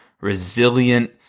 resilient